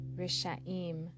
rishaim